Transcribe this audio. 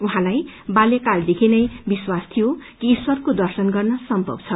उहाँलाई बाल्यकादेखि नै विश्वास थियो कि ईश्वरको दर्शन गर्न सम्भव छ